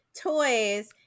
toys